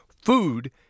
Food